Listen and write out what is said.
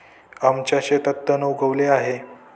आमच्या शेतात तण उगवले आहे